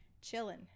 chilling